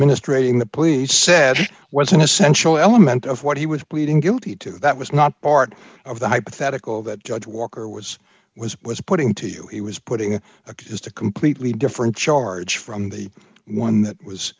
administrating the police said it was an essential element of what he was pleading guilty to that was not part of the hypothetical that judge walker was was was putting to you he was putting a just a completely different charge from the one that was